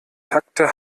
takte